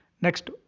Next